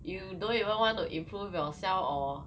you don't even want to improve yourself or